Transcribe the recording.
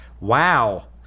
wow